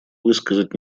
высказать